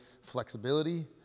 flexibility